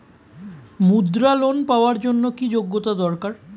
মুদ্রা লোন পাওয়ার জন্য কি যোগ্যতা দরকার?